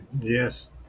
Yes